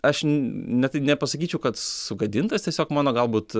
aš ne tai nepasakyčiau kad sugadintas tiesiog mano galbūt